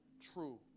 true